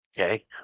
Okay